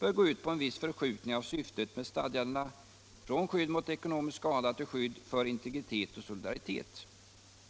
bör gå ut på en viss förskjutning av syftet med stadgandena från skydd mot ekonomisk skada till skydd för integritet och solidaritet.